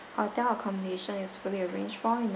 hotel accommodation is for fully arranged for in a